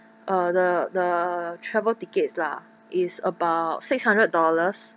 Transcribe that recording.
uh the the travel tickets lah is about six hundred dollars